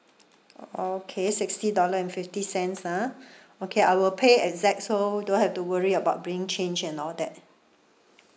okay sixty dollar and fifty cents ah okay I will pay exact so don't have to worry about bringing change and all that